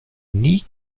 nie